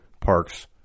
parks